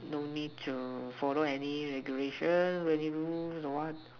no need to follow any regulation any rules or what